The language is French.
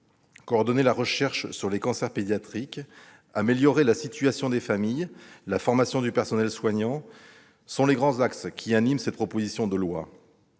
Coordonner la recherche sur les cancers pédiatriques, améliorer la situation des familles et la formation du personnel soignant sont les grands axes qui animent cette proposition de loi.